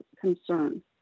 concern